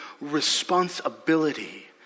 responsibility